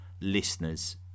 listeners